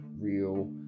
real